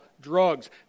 drugs